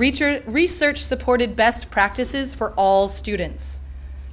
reacher research the ported best practices for all students